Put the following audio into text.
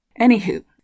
Anywho